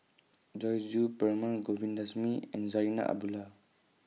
Joyce Jue Perumal Govindaswamy and Zarinah Abdullah